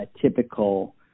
typical